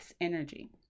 energy